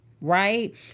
right